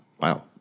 Wow